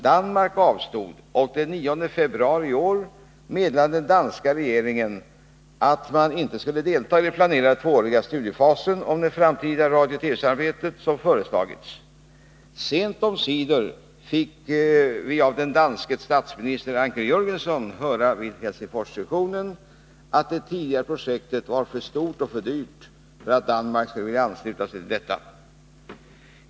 Danmark avstod, och den 9 februari i år meddelade den danska regeringen att man inte skulle delta i den planerade tvååriga studiefas om det framtida radiooch TV-samarbetet som föreslagits. Sent omsider fick vi av den danske statsministern Anker Jörgensen höra vid Helsingforssessionen för ett par veckor sedan att det tidigare projektet var ”för stort och för dyrt” för att Danmark skulle vilja ansluta sig till detta.